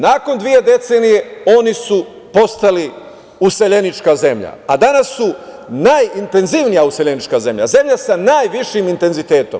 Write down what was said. Nakon dve decenije oni su postali useljenička zemlja, a danas su najintenzivnija useljenička zemlja, zemlja sa najvišim intenzitetom.